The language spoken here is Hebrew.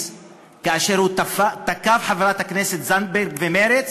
כאשר הוא תקף את חברת הכנסת זנדברג ממרצ